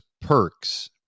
perks